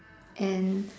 and